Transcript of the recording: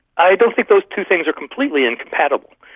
i don't think those two things are completely incompatible.